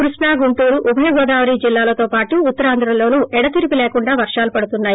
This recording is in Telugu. కృష్ణా గుంటూరు ఉభయ గోదావరి జిల్లాలతో పాటు ఉత్తరాంధ్రలోనూ ఎడతెరిపి లేకుండా వర్షాలు పడతున్నాయి